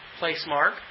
placemark